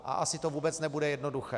A asi to vůbec nebude jednoduché.